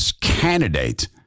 candidate